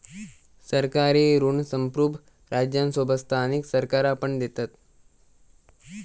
सरकारी ऋण संप्रुभ राज्यांसोबत स्थानिक सरकारा पण देतत